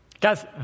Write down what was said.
Guys